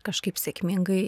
kažkaip sėkmingai